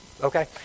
okay